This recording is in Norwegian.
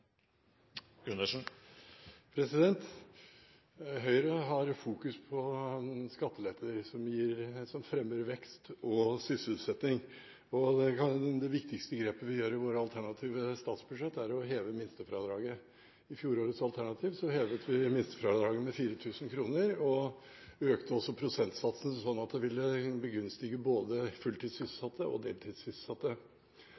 på skattelette som fremmer vekst og sysselsetting. Det viktigste grepet vi gjør i våre alternative statsbudsjetter, er å heve minstefradraget. I fjorårets alternativ hevet vi minstefradraget med 4 000 kr og økte også prosentsatsen, slik at det ville begunstige både